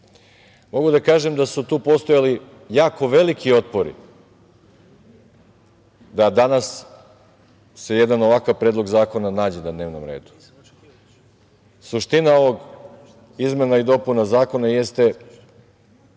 da kažem da su tu postojali jako veliki otpori da danas se jedan ovakav predlog zakona nađe na dnevnom redu. Suština ovog izmena i dopuna Zakona jeste